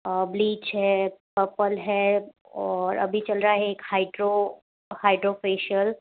bleach है purple है और अभी चल रहा है एक हाइड्रो हाइड्रो फेशियल